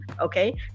okay